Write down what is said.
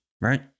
right